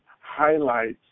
highlights